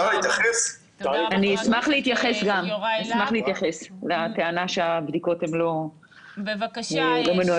אני אשמח להתייחס לטענה שהבדיקות לא מנוהלות.